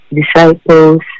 disciples